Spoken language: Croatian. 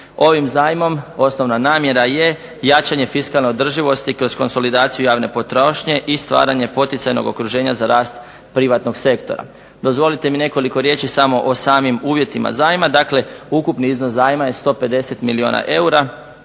Ovim zajmom osnovna namjera je jačanje fiskalne održivosti kroz konsolidaciju javne potrošnje i stvaranje poticajnog okruženja za rast privatnog sektora. Dozvolite mi nekoliko riječi o samim uvjetima zajma. Dakle, ukupni je iznos zajma 150 milijuna eura,